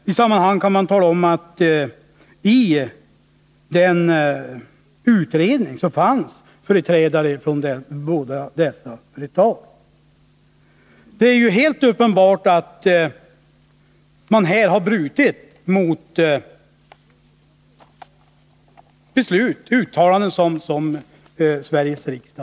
I sammanhanget kan nämnas att i utredningen fanns företrädare för båda de aktuella företagen. Det är ju alldeles uppenbart att man här har brutit mot beslut som fattats och uttalanden som gjorts av Sveriges riksdag.